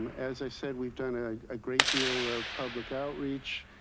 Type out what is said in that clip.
um as i said we've done a ah great deal of public outreach.